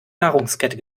nahrungskette